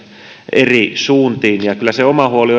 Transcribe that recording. eri suuntiin ja kyllä se oma huoli